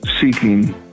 seeking